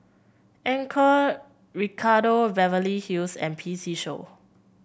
Anchor Ricardo Beverly Hills and P C Show